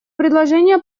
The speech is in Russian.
предложение